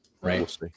right